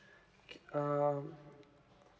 um